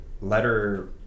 letter